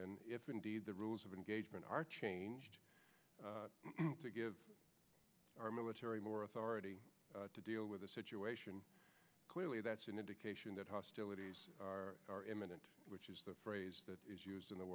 in if indeed the rules of engagement are changed to give our military more authority to deal with the situation clearly that's an indication that hostilities are imminent which is the phrase that is used in the